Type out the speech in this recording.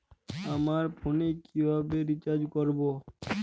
আমার ফোনে কিভাবে রিচার্জ করবো?